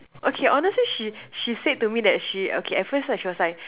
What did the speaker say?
okay honestly she she said to me that she okay at first lah she was like